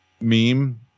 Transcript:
meme